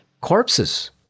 corpses